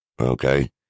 okay